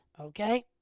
Okay